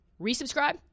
resubscribe